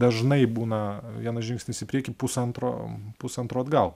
dažnai būna vienas žingsnis į priekį pusantro pusantro atgal